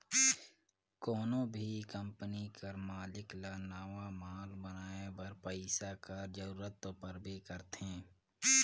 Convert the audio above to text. कोनो भी कंपनी कर मालिक ल नावा माल बनाए बर पइसा कर जरूरत दो परबे करथे